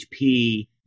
HP